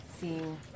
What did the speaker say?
seeing